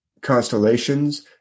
constellations